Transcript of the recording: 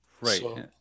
Right